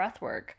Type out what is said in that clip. breathwork